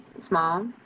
Small